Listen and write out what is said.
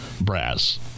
brass